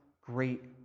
great